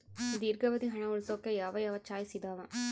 ದೇರ್ಘಾವಧಿ ಹಣ ಉಳಿಸೋಕೆ ಯಾವ ಯಾವ ಚಾಯ್ಸ್ ಇದಾವ?